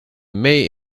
may